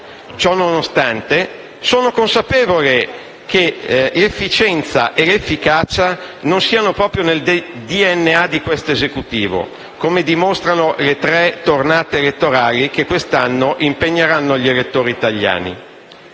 Ciò nonostante sono consapevole che l'efficienza e l'efficacia non siano proprio nel DNA di questo Esecutivo, come dimostrano le tre tornate elettorali che quest'anno impegneranno gli elettori italiani.